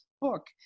book